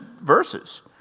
verses